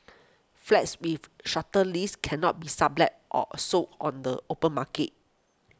flats with shorter leases cannot be sublet or sold on the open market